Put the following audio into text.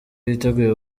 yiteguye